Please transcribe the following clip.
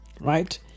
right